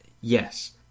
Yes